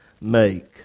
make